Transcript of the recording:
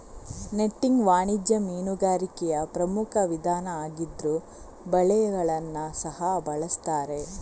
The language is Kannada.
ನೆಟ್ಟಿಂಗ್ ವಾಣಿಜ್ಯ ಮೀನುಗಾರಿಕೆಯ ಪ್ರಮುಖ ವಿಧಾನ ಆಗಿದ್ರೂ ಬಲೆಗಳನ್ನ ಸಹ ಬಳಸ್ತಾರೆ